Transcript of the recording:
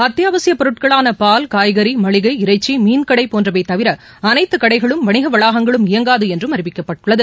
அத்தியாவசியப் பொருட்களான பால் காய்கறி மளிகை இறைச்சி மீன்கடை போன்றவை தவிர அனைத்து கடைகளும் வணிக வளாகங்களும் இயங்காது என்றும் அறிவிக்கப்பட்டுள்ளது